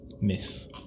Miss